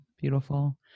beautiful